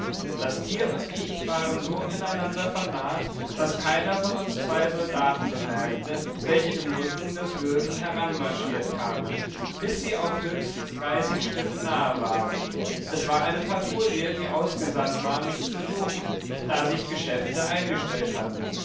das tier und ich waren so ineinander vernarrt daß keiner von uns zwei soldaten bemerkte welche im rücken des löwen hermarschiert kamen bis sie auf höchstens dreißig schritte nahe waren es war eine patrouille die ausgesandt war mich zu suchen da sich geschäfte eingestellt hatten